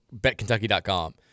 betkentucky.com